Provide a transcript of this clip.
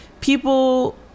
people